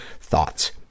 thoughts